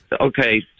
okay